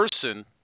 person